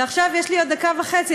ועכשיו יש לי עוד דקה וחצי,